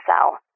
cell